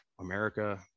America